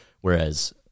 whereas